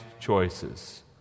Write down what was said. choices